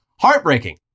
Heartbreaking